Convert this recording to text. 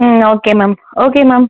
ம் okay ma'am okay ma'am